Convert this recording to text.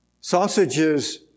Sausages